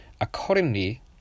Accordingly